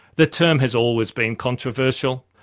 the term has always been controversial.